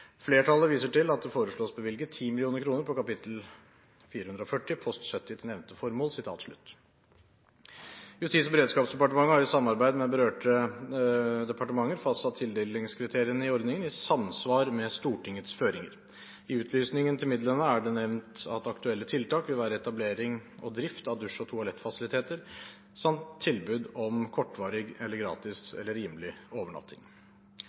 nevnte formål.» Justis- og beredskapsdepartementet har i samarbeid med berørte departementer fastsatt tildelingskriteriene i ordningen i samsvar med Stortingets føringer. I utlysningen til midlene er det nevnt at aktuelle tiltak vil være etablering og drift av dusj- og toalettfasiliteter samt tilbud om kortvarig, gratis eller rimelig overnatting.